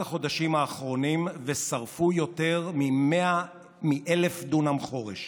החודשים האחרונים ושרפו יותר מ-1,000 דונם חורש.